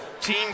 team